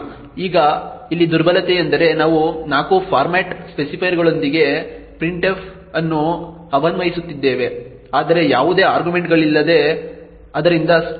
ಈಗ ಇಲ್ಲಿ ದುರ್ಬಲತೆಯೆಂದರೆ ನಾವು 4 ಫಾರ್ಮ್ಯಾಟ್ ಸ್ಪೆಸಿಫೈಯರ್ಗಳೊಂದಿಗೆ printf ಅನ್ನು ಆಹ್ವಾನಿಸುತ್ತಿದ್ದೇವೆ ಆದರೆ ಯಾವುದೇ ಆರ್ಗ್ಯುಮೆಂಟ್ಗಳಿಲ್ಲದೆ ಆದ್ದರಿಂದ ಸ್ಟ್ರಿಂಗ್